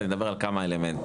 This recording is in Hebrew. אני מדבר על כמה אלמנטים.